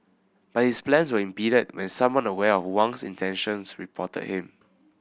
but his plans were impeded when someone aware of Wang's intentions reported him